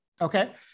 Okay